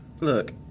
look